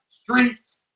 streets